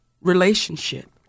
relationship